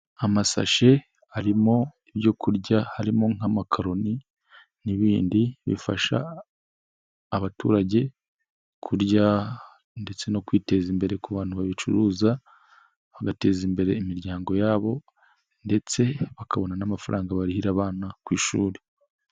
Amasashe arimo ibyo kurya harimo nk'amakaroni n'ibindi bifasha abaturage kurya ndetse no kwiteza imbere ku bantu babicuruza, bagateza imbere imiryango yabo ndetse bakabona n'amafaranga barihira abana ku ishuri.